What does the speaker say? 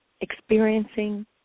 experiencing